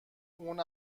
اون